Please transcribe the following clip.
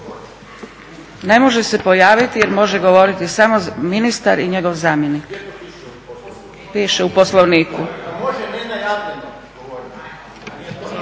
Ne može se pojaviti jer može govoriti samo ministar i njegov zamjenik. … /Upadica